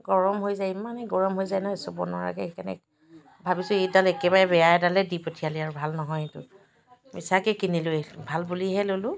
গৰম হৈ যায় ইমানে গৰম হৈ যায় নহয় চুব নোৱাৰাকৈ সেইকাৰণে ভাবিছোঁ এইডাল একেবাৰে বেয়া এডালে দি পঠিয়ালে আৰু ভাল নহয় এইটো মিছাকৈ কিনিলোঁ এইটো ভাল বুলিহে ল'লোঁ